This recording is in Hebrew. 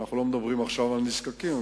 אנחנו לא מדברים עכשיו על נזקקים,